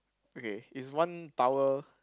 okay is one tower